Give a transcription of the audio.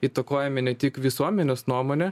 įtakojame ne tik visuomenės nuomonę